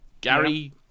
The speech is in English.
gary